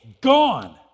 gone